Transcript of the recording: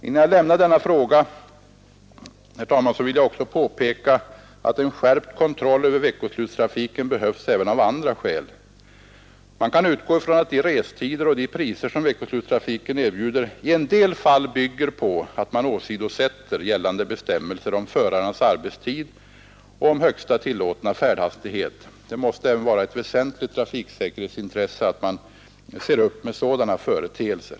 Innan jag lämnar denna fråga vill jag också påpeka att en skärpt kontroll över veckoslutstrafiken behövs även av andra skäl. Man kan utgå från att de restider och de priser som veckoslutstrafiken erbjuder i en del fall bygger på att man åsidosätter gällande bestämmelser om förarens arbetstid och om högsta tillåtna färdhastighet. Det måste även vara ett väsentligt trafiksäkerhetsintresse att man sätter stopp för sådana företeelser.